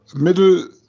middle